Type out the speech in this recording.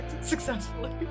successfully